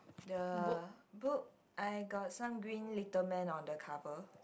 the book I got some green little man on the cover